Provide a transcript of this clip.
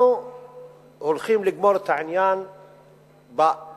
אנחנו הולכים לגמור את העניין בקרוב,